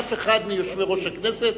ואין יכולת לאף אחד מיושבי-ראש הכנסת,